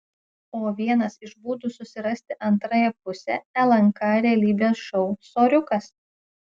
o vienas iš būdų susirasti antrąją pusę lnk realybės šou soriukas